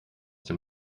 dem